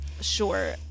Sure